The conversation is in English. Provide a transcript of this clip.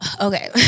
Okay